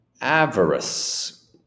avarice